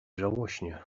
żałośnie